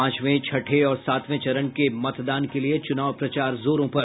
पांचवें छठे और सातवें चरण के मतदान के लिए चुनाव प्रचार जोरो पर